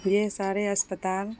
یہ سارے اسپتال